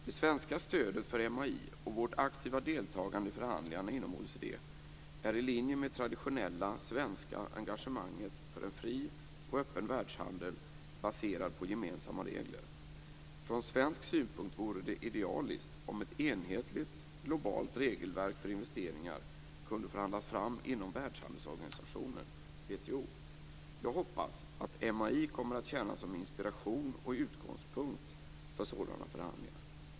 Det svenska stödet för MAI och vårt aktiva deltagande i förhandlingarna inom OECD är i linje med det traditionella svenska engagemanget för en fri och öppen världshandel baserad på gemensamma regler. Från svensk synpunkt vore det idealiskt om ett enhetligt, globalt regelverk för investeringar kunde förhandlas fram inom Världshandelsorganisationen, WTO. Jag hoppas att MAI kommer att tjäna som inspiration och utgångspunkt för sådana förhandlingar.